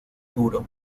duro